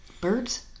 birds